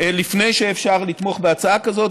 לפני שאפשר לתמוך בהצעה כזו,